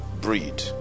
breed